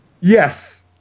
Yes